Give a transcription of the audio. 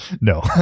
No